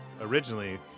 Originally